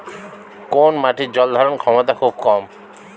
কোন মাটির জল ধারণ ক্ষমতা খুব কম?